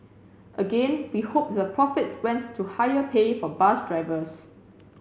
again we hope the profits went to higher pay for bus drivers